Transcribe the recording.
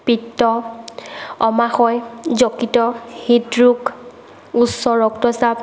পিত্ত অমাসয় যকৃত হৃদৰোগ উচ্চ ৰক্তচাপ